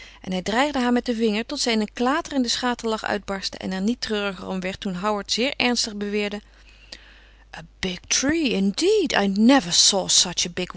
en hij dreigde haar met den vinger tot zij in een klaterenden schaterlach uitbarstte en er niet treuriger om werd toen howard zeer ernstig beweerde